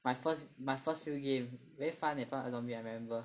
my first my first few game very fun leh Plant and Zombie I remember